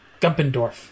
Gumpendorf